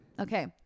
Okay